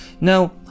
Now